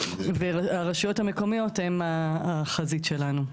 והרשויות המקומיות הן החזית שלנו.